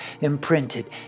imprinted